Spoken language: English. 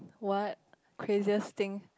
what craziest thing